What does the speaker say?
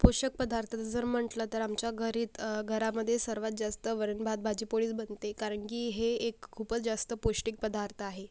पोषक पदार्थ जर म्हटलं तर आमच्या घरीत घरामध्ये सर्वात जास्त वरण भात भाजी पोळीच बनते कारण की हे एक खूपच जास्त पौष्टिक पदार्थ आहे